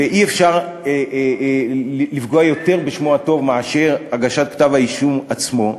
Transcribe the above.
ואי-אפשר לפגוע בשמו הטוב יותר מאשר הגשת כתב-האישום עצמו,